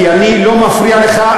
כי אני לא מפריע לך,